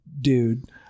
dude